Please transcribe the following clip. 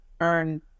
earn